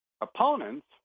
opponents